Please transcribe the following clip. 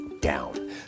down